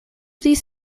these